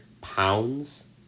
pounds